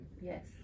Yes